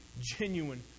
genuine